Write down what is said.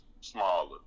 smaller